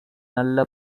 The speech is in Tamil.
நல்ல